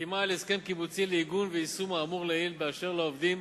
לחתימה על הסכם קיבוצי לעיגון ויישום האמור לעיל באשר לעובדים